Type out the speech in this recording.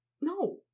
No